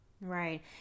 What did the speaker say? Right